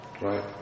Right